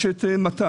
יש את מתן,